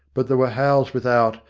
but there were howls without,